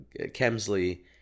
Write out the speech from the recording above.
Kemsley